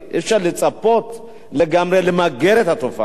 אי-אפשר לצפות למגר לגמרי את התופעה